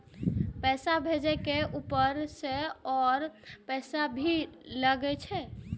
पैसा भेजे में ऊपर से और पैसा भी लगे छै?